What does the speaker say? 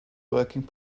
working